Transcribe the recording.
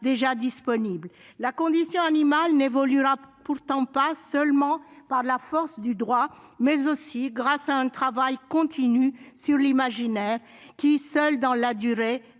déjà disponible. La condition animale évoluera non pas seulement par la force du droit, mais aussi grâce à un travail continu sur l'imaginaire, qui, seul dans la durée,